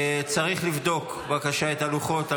צריך לבדוק בבקשה את הלוחות.